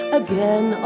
again